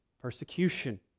persecution